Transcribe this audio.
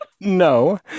no